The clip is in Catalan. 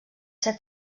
ser